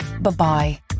Bye-bye